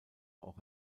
auch